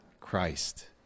Christ